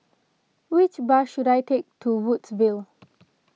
which bus should I take to Woodsville